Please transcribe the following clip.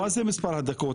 מה זה מספר הדקות?